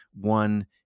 One